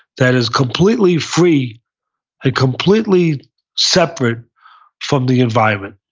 that is completely free and completely separate from the environment,